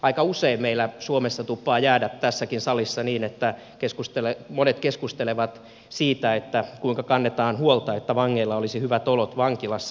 aika usein meillä suomessa tuppaa jäädä tässäkin salissa niin että monet keskustelevat siitä kuinka kannetaan huolta että vangeilla olisi hyvät olot vankilassa